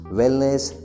wellness